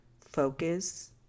focus